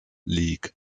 league